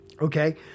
Okay